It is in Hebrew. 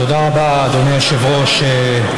תודה רבה, אדוני היושב-ראש.